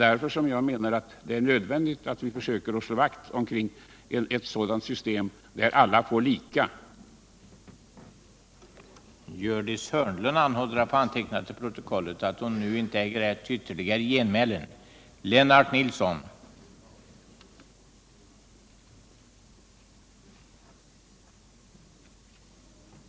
Därför är det nödvändigt att vi slår vakt om ett system där alla får samma stöd.